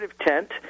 tent